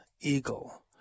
eagle